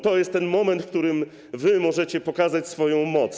To jest moment, w którym możecie pokazać swoją moc.